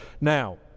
Now